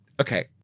Okay